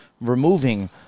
removing